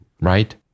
right